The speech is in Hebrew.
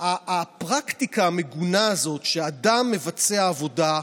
הפרקטיקה המגונה הזאת שאדם מבצע עבודה,